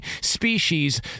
species